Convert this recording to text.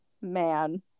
man